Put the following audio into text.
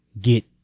get